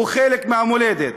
הוא חלק מהמולדת.